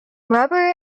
rubber